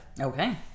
okay